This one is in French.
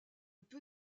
peu